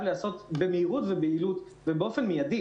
להיעשות במהירות וביעילות ובאופן מידי.